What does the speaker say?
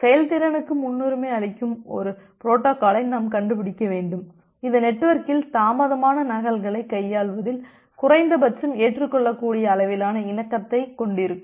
செயல்திறனுக்கு முன்னுரிமை அளிக்கும் ஒரு புரோட்டோகாலை நாம் கண்டுபிடிக்க வேண்டும் இது நெட்வொர்க்கில் தாமதமான நகல்களைக் கையாள்வதில் குறைந்தபட்சம் ஏற்றுக்கொள்ளக்கூடிய அளவிலான இணக்கத்தைக் கொண்டிருக்கும்